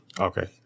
Okay